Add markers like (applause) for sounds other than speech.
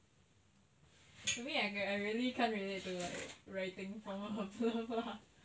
to me I really can't relate to like writing form of love lah (laughs)